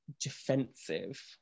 defensive